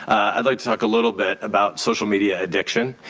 and like talk a little bit about social media addiction.